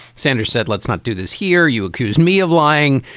sanders said, let's not do this here. you accuse me of lying.